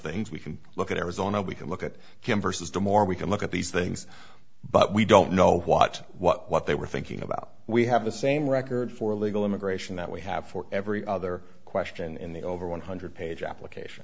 things we can look at arizona we can look at him versus them or we can look at these things but we don't know watching what what they were thinking about we have the same record for legal immigration that we have for every other question in the over one hundred page application